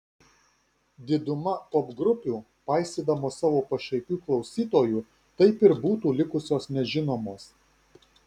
diduma popgrupių paisydamos savo pašaipių klausytojų taip ir būtų likusios nežinomos